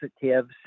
positives